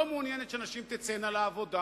לא מעוניינת שנשים תצאנה לעבודה.